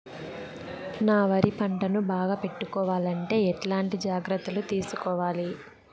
నా వరి పంటను బాగా పెట్టుకోవాలంటే ఎట్లాంటి జాగ్రత్త లు తీసుకోవాలి?